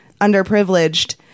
underprivileged